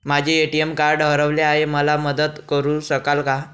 माझे ATM card हरवले आहे, मला मदत करु शकाल का?